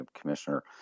Commissioner